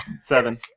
Seven